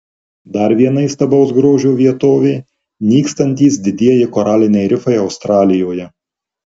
dar viena įstabaus grožio vietovė nykstantys didieji koraliniai rifai australijoje